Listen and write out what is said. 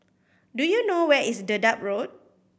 do you know where is Dedap Road